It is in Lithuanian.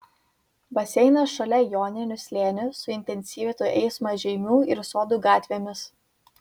baseinas šalia joninių slėnio suintensyvintų eismą žeimių ir sodų gatvėmis